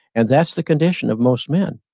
and that's the condition of most men.